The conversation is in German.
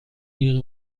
ihre